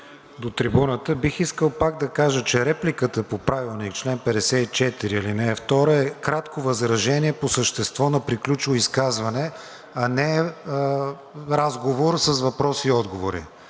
до трибуната, бих искал пак да кажа, че репликата по чл. 54, ал. 2 от Правилника е кратко възражение по същество на приключило изказване, а не разговор с въпроси и отговори.